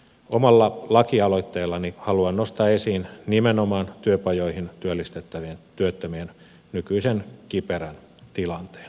omalla lakialoitteellani haluan nostaa esiin nimenomaan työpajoihin työllistettävien työttömien nykyisen kiperän tilanteen